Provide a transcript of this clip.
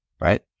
right